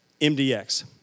MDX